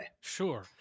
Sure